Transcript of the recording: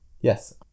Yes